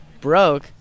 broke